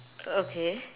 okay